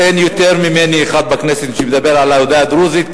אין אחד יותר ממני בכנסת כדי לדבר על העדה הדרוזית.